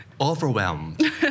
overwhelmed